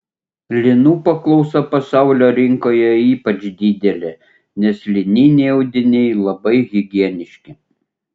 linų paklausa pasaulio rinkoje ypač didelė nes lininiai audiniai labai higieniški